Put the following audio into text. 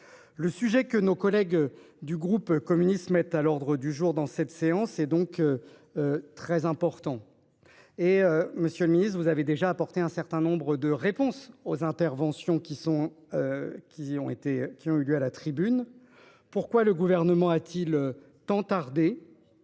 le sujet que nos collègues du groupe communiste mettent à l'ordre du jour est important. Monsieur le ministre, vous avez déjà apporté un certain nombre de réponses aux interventions de nos collègues à la tribune, mais pourquoi le Gouvernement a-t-il tant tardé ?